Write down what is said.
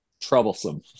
troublesome